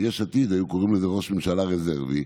יש עתיד קראו לזה "ראש ממשלה רזרבי".